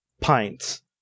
pints